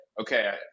okay